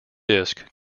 disc